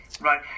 right